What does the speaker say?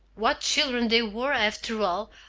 what children they were, after all,